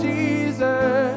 Jesus